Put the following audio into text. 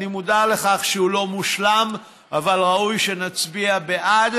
אני מודע לכך שהוא לא מושלם, אבל ראוי שנצביע בעד.